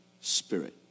Spirit